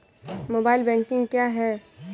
Mobile banking क्या है?